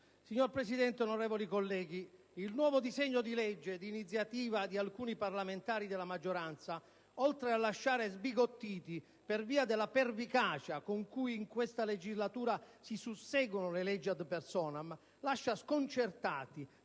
Signora Presidente, onorevoli colleghi, il nuovo disegno di legge di iniziativa di alcuni parlamentari della maggioranza, oltre a lasciare sbigottiti per via della pervicacia con cui in questa legislatura si susseguono le leggi *ad personam*, lascia sconcertati